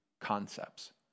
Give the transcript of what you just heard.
concepts